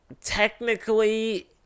technically